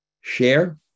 share